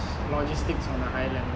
logistics on a higher level